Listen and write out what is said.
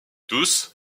tous